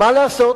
מה לעשות?